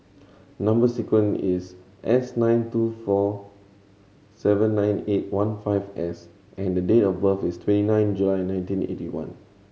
number sequence is S nine two four seven nine eight one five S and the date of birth is twenty nine July nineteen eighty one